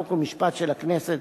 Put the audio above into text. חוק ומשפט של הכנסת